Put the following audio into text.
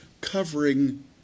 covering